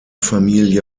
familie